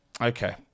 Okay